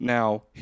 Now